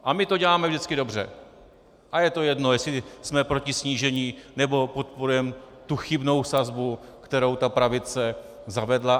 A my to děláme vždycky dobře a je jedno, jestli jsme proti snížení, nebo podporujeme tu chybnou sazbu, kterou ta pravice zavedla.